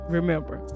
Remember